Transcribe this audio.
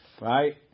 right